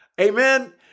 Amen